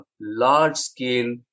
large-scale